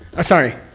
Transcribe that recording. ah sorry,